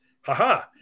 haha